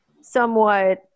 somewhat